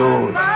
Lord